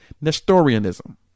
Nestorianism